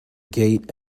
gate